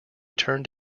turned